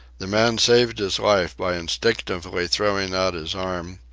the man saved his life by instinctively throwing out his arm,